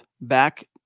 back